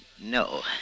No